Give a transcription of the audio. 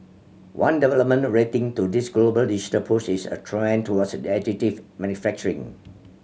one development relating to this global digital push is a trend towards additive manufacturing